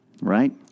Right